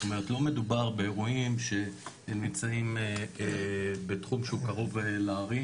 זאת אומרת לא מדובר באירועים שהם נמצאים בתחום שהוא קרוב לערים,